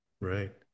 Right